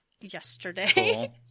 yesterday